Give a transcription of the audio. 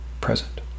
present